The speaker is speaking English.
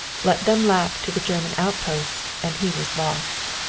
let them lap to the german outposts and he was lost.